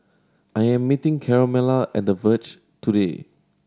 I am meeting Carmella at The Verge today